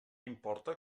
importa